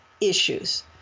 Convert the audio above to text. issues